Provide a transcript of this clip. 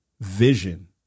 vision